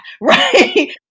right